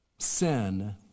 sin